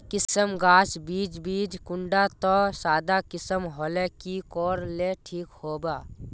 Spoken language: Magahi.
किसम गाज बीज बीज कुंडा त सादा किसम होले की कोर ले ठीक होबा?